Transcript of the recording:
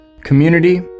Community